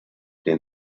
den